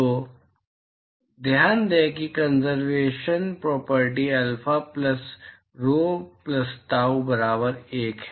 तो ध्यान दें कि conservation property alpha plus rho plus tau बराबर 1 है